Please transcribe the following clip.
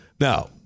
Now